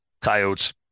coyotes